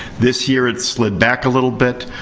this year, it slid back a little bit.